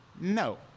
No